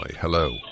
Hello